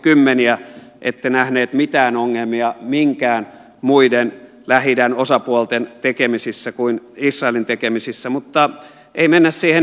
vuosikymmeniä ette nähneet mitään ongelmia minkään muiden lähi idän osapuolten tekemisissä kuin israelin tekemisissä mutta ei mennä siihen historiaan